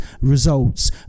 results